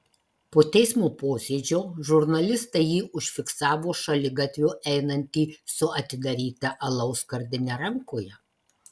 po teismo posėdžio žurnalistai jį užfiksavo šaligatviu einantį su atidaryta alaus skardine rankoje